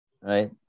right